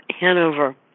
Hanover